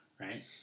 right